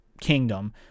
kingdom